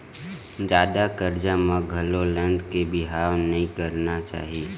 जादा करजा म घलो लद के बिहाव नइ करना चाही